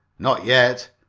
not yet!